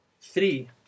three